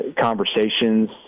conversations